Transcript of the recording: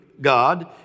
God